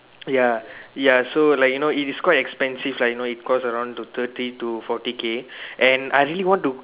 ya ya so like you know if it's quite expensive like you know it costs around to thirty to forty K and I really want to